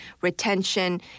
retention